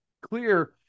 clear